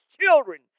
children